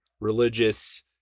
religious